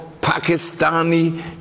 Pakistani